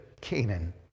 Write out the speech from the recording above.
Canaan